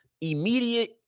immediate